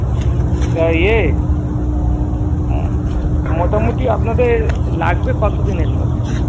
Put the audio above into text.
বা ইয়ে মোটামুটি আপনাদের লাগবে কত দিনের মধ্যে